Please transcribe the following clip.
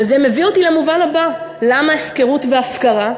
וזה מביא אותי למובן הבא: למה הפקרות והפקרה?